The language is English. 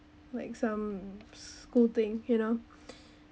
like some school thing you know